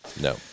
No